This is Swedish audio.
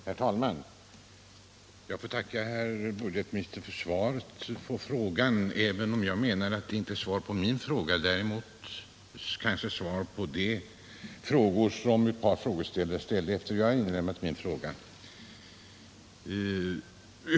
Herr talman! Jag får tacka budgetministern för svaret, även om jag menar att det inte är ett svar på min fråga — däremot är det kanske svar på de frågor som andra ledamöter har ställt efter det att jag lämnade in min fråga.